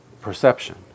perception